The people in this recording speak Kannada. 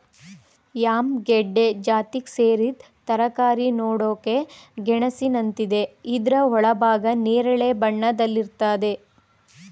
ಯಾಮ್ ಗೆಡ್ಡೆ ಜಾತಿಗ್ ಸೇರಿದ್ ತರಕಾರಿ ನೋಡಕೆ ಗೆಣಸಿನಂತಿದೆ ಇದ್ರ ಒಳಭಾಗ ನೇರಳೆ ಬಣ್ಣದಲ್ಲಿರ್ತದೆ